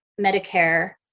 Medicare